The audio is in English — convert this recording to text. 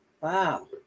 Wow